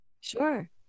Sure